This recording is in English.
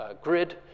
grid